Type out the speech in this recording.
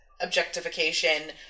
objectification